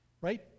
right